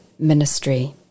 ministry